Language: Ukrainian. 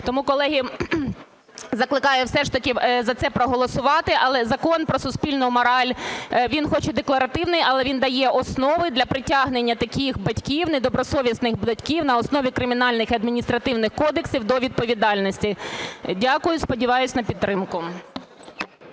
Тому, колеги, закликаю все ж таки за це проголосувати, але Закон про суспільну мораль, він хоч і декларативний, але він дає основи для притягнення таких батьків, недобросовісних батьків, на основі Кримінального і Адміністративного кодексів до відповідальності. Дякую. ГОЛОВУЮЧИЙ. Дякую.